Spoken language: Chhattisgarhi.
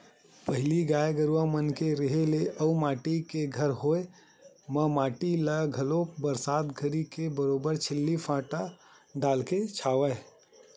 पहिली गाय गरुवा मन के रेहे ले अउ माटी के घर होय म कोठा ल घलोक बरसात घरी के बरोबर छिल्ली फाटा डालके छावय